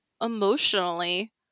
emotionally